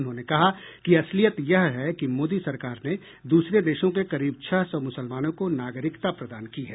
उन्होंने कहा कि असलियत यह है कि मोदी सरकार ने दूसरे देशों के करीब छह सौ मुसलमानों को नागरिकता प्रदान की है